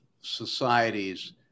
societies